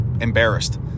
embarrassed